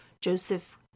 Joseph